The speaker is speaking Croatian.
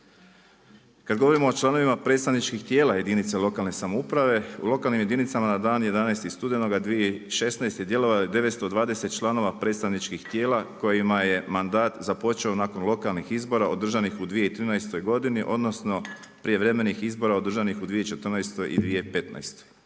Kada govorimo o članovima predstavničkih tijela jedinica lokalne samouprave u lokalnim jedinicama na dan 11. studenoga 2016. djelovalo je 920 članova predstavničkih tijela kojima je mandat započeo nakon lokalnih izbora održanih u 2013. godini odnosno prijevremenih izbora održanih u 2014. i 2015. Članovi